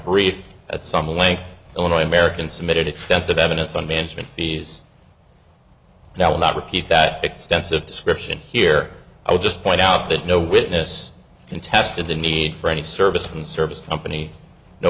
brief at some length only american submitted extensive evidence on management fees and i will not repeat that extensive description here i'll just point out that no witness contested the need for any service from service company no